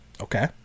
Okay